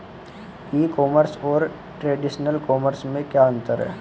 ई commerce और traditional commerce में क्या अंतर है?